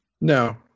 No